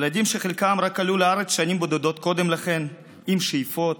ילדים שחלקם רק עלו לארץ שנים בודדות קודם לכן עם שאיפות,